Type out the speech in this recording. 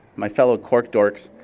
my fellow cork dorks.